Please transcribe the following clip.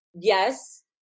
yes